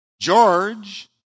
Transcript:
George